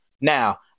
Now